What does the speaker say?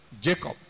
Jacob